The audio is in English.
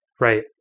Right